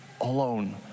alone